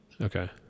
Okay